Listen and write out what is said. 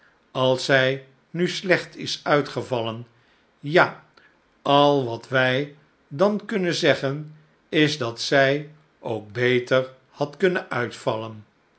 als zij nu slecht is uitgevallen ja al wat wij dan kunnen zeggen is dat zij ook beter had kunnen uitvallen